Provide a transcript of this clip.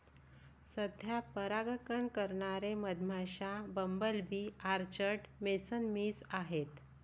सध्या परागकण करणारे मधमाश्या, bumble bee, orchard mason bees आहेत